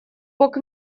бог